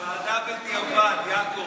ועדה בדיעבד, יעקב.